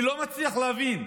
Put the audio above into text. אני לא מצליח להבין.